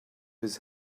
his